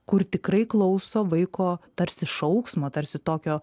kur tikrai klauso vaiko tarsi šauksmo tarsi tokio